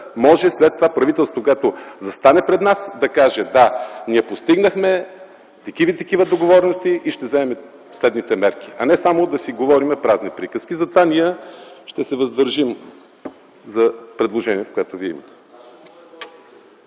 може след това правителството, когато застане пред нас, да каже: да, ние постигнахме такива и такива договорености и ще вземем следните мерки, а не само да си говорим празни приказки. Затова ние ще се въздържим за предложението, което вие имате.